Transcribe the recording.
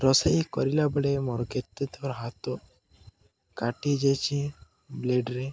ରୋଷେଇ କରିଲାବେଳେ ମୋର କେତେ ଥର ହାତ କଟିଯାଇଛି ବ୍ଲେଡ଼୍ରେ